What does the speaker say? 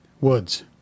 woods